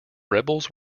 rebels